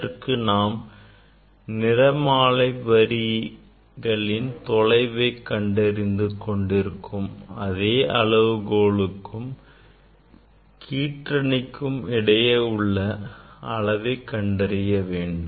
அதற்கு நாம் நிறமாலை வரிகளின் தொலைவை கண்டறிந்து கொண்டிருக்கும் இந்த அளவுகோலுக்கும் கீற்றணிக்கும் இடையே உள்ள தொலைவை கண்டறிய வேண்டும்